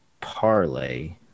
parlay